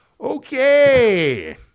Okay